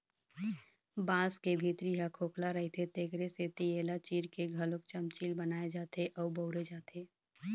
बांस के भीतरी ह खोखला रहिथे तेखरे सेती एला चीर के घलोक चमचील बनाए जाथे अउ बउरे जाथे